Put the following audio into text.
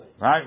Right